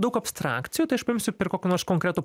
daug abstrakcijų tai aš paimsiu per kokį nors konkretų